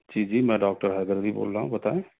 جی جی میں ڈاکٹر حیدرعلی بول رہا ہوں بتائیں